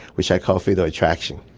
which i called fatal attraction.